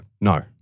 No